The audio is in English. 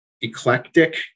eclectic